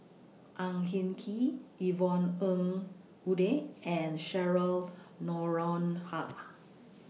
Ang Hin Kee Yvonne Ng Uhde and Cheryl Noronha